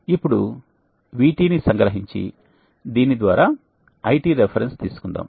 ఇప్పుడు VT ని సంగ్రహించి దీని ద్వారా IT రెఫరెన్సు తీసుకుందాం